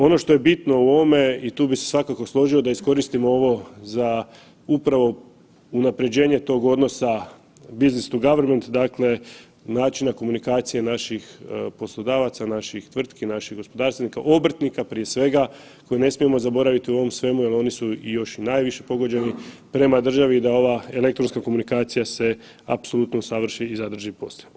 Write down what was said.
Ono što je bitno u ovome i tu bi se svakako složio da iskoristimo ovo za upravo unapređenje tog odnosa business to government, dakle načina komunikacije naših poslodavaca, naših tvrtki, naših gospodarstvenika, obrtnika prije svega koje ne smijemo zaboraviti u ovom svemu jer oni su još najviše pogođeni prema državi da ova elektronska komunikacija se apsolutno usavrši i zadrži poslije.